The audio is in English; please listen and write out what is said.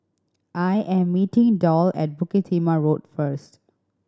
I am meeting Doll at Bukit Timah Road first